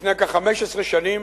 לפני כ-15 שנים,